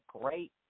great